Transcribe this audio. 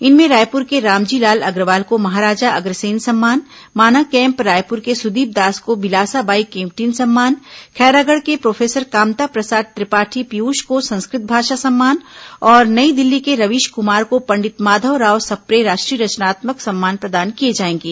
इनमें रायपुर के रामजी लाल अग्रवाल को महाराजा अग्रसेन सम्मान माना कैम्प रायपुर के सुदीप दास को बिलासा बाई केवटीन सम्मान खैरागढ़ के प्रोफेसर कामता प्रसाद त्रिपाठी पीयूष को संस्कृत भाषा सम्मान और नई दिल्ली के रवीश कुमार को पंडित माधवराव सप्रे राष्ट्रीय रचनात्मक सम्मान प्रदान किए जाएंगे